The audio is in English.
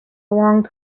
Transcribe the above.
long